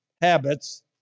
habits